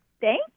Thank